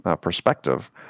perspective